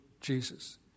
Jesus